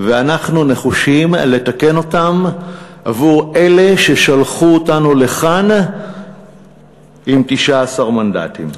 ואנחנו נחושים לתקן אותם עבור אלה ששלחו אותנו לכאן עם 19 מנדטים.